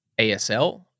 ASL